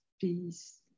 peace